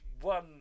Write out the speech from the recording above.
one